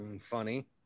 Funny